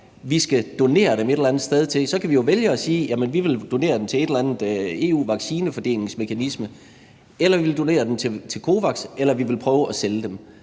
vi skal donere dem til et eller andet sted. Så kan vi jo vælge at sige, at vi vil donere dem til en eller anden EU-vaccinefordelingsmekanisme, eller at vi vil donere dem til COVAX, eller at vi vil prøve at sælge dem.